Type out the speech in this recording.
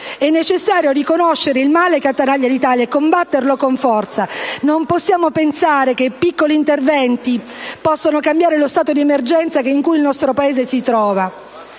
È necessario riconoscere il male che attanaglia l'Italia e combatterlo con forza. Non possiamo pensare che dei piccoli interventi possano cambiare lo stato di emergenza in cui il nostro Paese si trova.